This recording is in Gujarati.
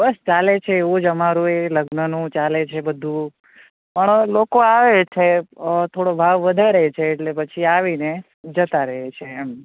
બસ ચાલે છે એવું જ અમારું એ લગ્નનું ચાલે છે બધું પણ લોકો આવે છે થોડો ભાવ વધારે છે એટલે પછી આવીને જતાં રહે છે એમ